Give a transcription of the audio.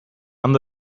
ondo